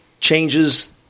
changes